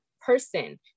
person